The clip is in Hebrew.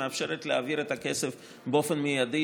שמאפשרת להעביר את הכסף באופן מיידי